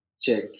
check